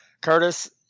Curtis